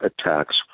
attacks